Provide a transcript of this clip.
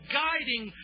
guiding